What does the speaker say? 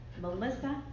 Melissa